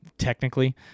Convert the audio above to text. Technically